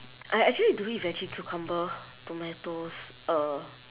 I actually don't eat veggie cucumber tomatoes er